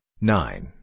nine